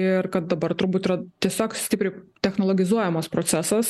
ir kad dabar turbūt yra tiesiog stipriai technologizuojamas procesas